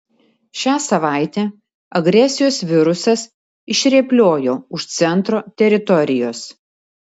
šią savaitę agresijos virusas išrėpliojo už centro teritorijos